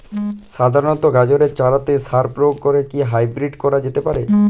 সাধারণ গাজরের চারাতে সার প্রয়োগ করে কি হাইব্রীড করা যেতে পারে?